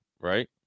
right